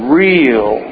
real